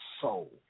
soul